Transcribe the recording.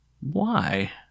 Why